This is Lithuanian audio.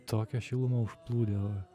tokia šiluma užplūdo